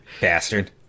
Bastard